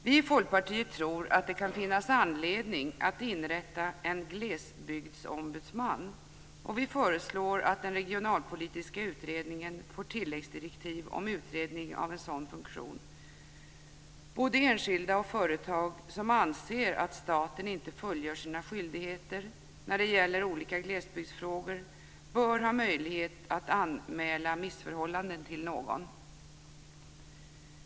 Vi i Folkpartiet tror att det kan finnas anledning att inrätta en glesbygdsombudsman. Vi föreslår att den regionalpolitiska utredningen får tilläggsdirektiv om utredning av en sådan funktion. Både enskilda och företag som anser att staten inte fullgör sina skyldigheter när det gäller olika glesbygdsfrågor bör ha möjlighet att anmäla missförhållanden till någon.